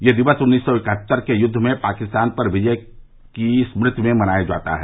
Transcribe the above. ये दिवस उन्नीस सौ इकहत्तर के युद्व में पाकिस्तान पर भारत की विजय की स्मृति में मनाया जाता है